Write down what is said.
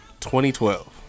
2012